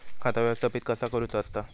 खाता व्यवस्थापित कसा करुचा असता?